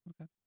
Okay